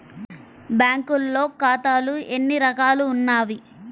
బ్యాంక్లో ఖాతాలు ఎన్ని రకాలు ఉన్నావి?